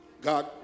God